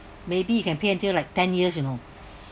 maybe you can pay until like ten years you know